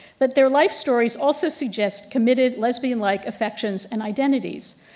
that their life stories also suggests committed lesbian like affections and identities.